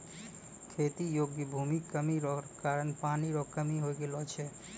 खेती योग्य भूमि कमी रो कारण पानी रो कमी हो गेलौ छै